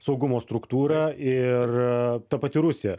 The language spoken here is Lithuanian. saugumo struktūra ir ta pati rusija